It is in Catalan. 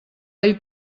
ell